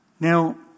Now